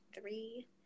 Three